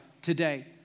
today